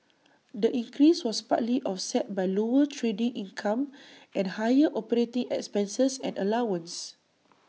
the increase was partly offset by lower trading income and higher operating expenses and allowances